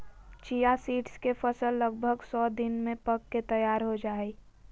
chia seeds के फसल लगभग सो दिन में पक के तैयार हो जाय हइ